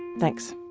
thanks